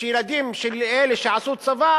ושילדים של אלה שעשו צבא